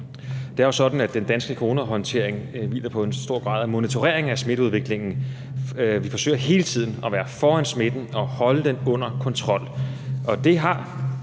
den danske coronahåndtering hviler på en høj grad af monitorering af smitteudviklingen. Vi forsøger hele tiden at være foran smitten og holde den under kontrol.